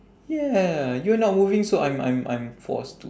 ya you were not moving so I'm I'm I'm forced to